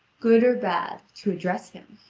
good or bad, to address him.